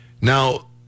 Now